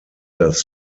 das